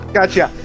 Gotcha